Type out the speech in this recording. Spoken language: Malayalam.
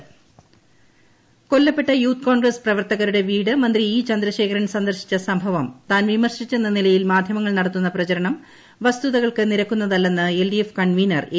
ഇരട്ടക്കൊലപാതകകേസ് കൊല്ലപ്പെട്ട യൂത്ത് കോൺഗ്രസ്സ് പ്രവർത്തകരുടെ വീട് മന്ത്രി ഇ ചന്ദ്രശേഖരൻ സന്ദർശിച്ച സംഭവം താൻ വിമർശിച്ചെന്ന നിലയിൽ മാധ്യമങ്ങൾ നടത്തുന്ന പ്രചരണം വസ്തുതകൾക്ക് നിരക്കുന്നതല്ലെന്ന് എൽഡിഎഫ് കൺവീനർ എ